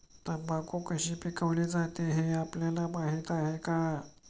तंबाखू कशी पिकवली जाते हे आपल्याला माहीत आहे का?